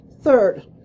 Third